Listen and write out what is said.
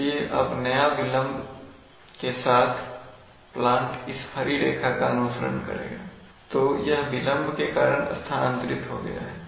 इसलिए अब नया विलंब के साथ प्लांट इस हरी रेखा का अनुसरण करेगा तो यह विलंब के कारण स्थानांतरित हो गया है